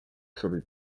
sobib